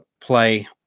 play